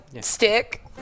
stick